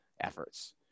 efforts